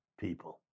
people